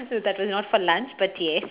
that was not for lunch but yes